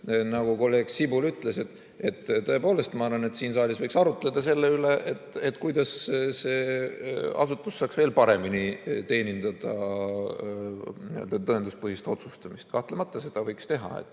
nagu kolleeg Sibul ütles, tõepoolest siin saalis võiks arutleda selle üle, kuidas see asutus saaks veel paremini toetada tõenduspõhist otsustamist. Kahtlemata seda võiks teha.